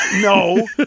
no